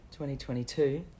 2022